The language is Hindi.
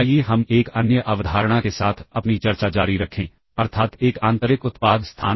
आइए हम एक अन्य अवधारणा के साथ अपनी चर्चा जारी रखें अर्थात् एक आंतरिक उत्पाद स्थान